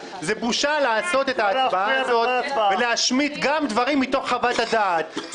זו בושה לעשות את ההצבעה הזו ולהשמיט גם דברים מתוך חוות הדעת.